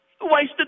wasted